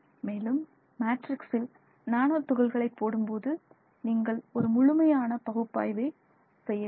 மேலும் மேட்ரிக்சில் நானோ துகள்களை போடும்போது நீங்கள் ஒரு முழுமையான பகுப்பாய்வை செய்ய வேண்டும்